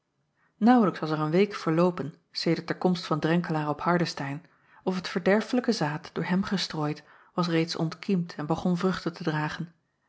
aauwlijks was er een week verloopen sedert de komst van renkelaer op ardestein of het verderfelijke zaad door hem gestrooid was reeds ontkiemd en begon vruchten te dragen